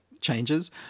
changes